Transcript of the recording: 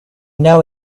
know